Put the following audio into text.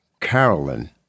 Carolyn